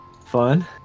fun